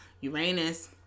Uranus